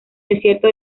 desierto